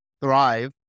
thrive